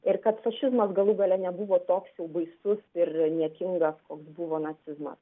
ir kad fašizmas galų gale nebuvo toks jau baisus ir niekingas koks buvo nacizmas